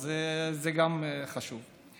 אז גם זה חשוב.